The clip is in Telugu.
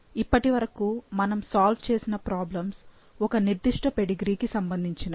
ఇప్పటి వరకు మనము సాల్వ్ చేసిన ప్రాబ్లమ్స్ ఒక నిర్దిష్ట పెడిగ్రీకి సంబంధించినవి